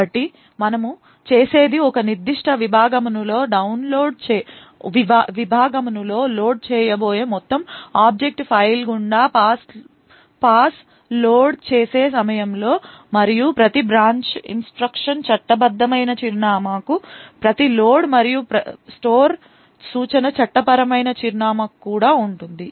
కాబట్టి మనము చేసేది ఒక నిర్దిష్ట విభాగమునులో లోడ్ చేయబోయే మొత్తం ఆబ్జెక్ట్ ఫైల్ గుండా పాస్ లోడ్ చేసే సమయంలో మరియు ప్రతి బ్రాంచ్ ఇన్స్ట్రక్షన్ చట్టబద్ధమైన చిరునామాకు ప్రతి లోడ్ మరియు స్టోర్ సూచన చట్టపరమైన చిరునామాకు కూడా ఉంటుంది